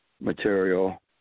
material